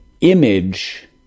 image